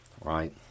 right